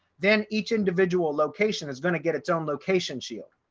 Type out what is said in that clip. then each individual location is going to get its own location shield.